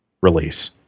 release